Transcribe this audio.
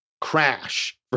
Crash